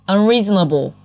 Unreasonable